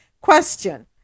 Question